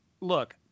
look